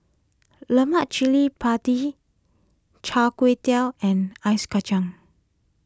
Lemak Cili Padi Chai and Ice Kachang